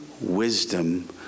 wisdom